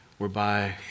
whereby